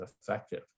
effective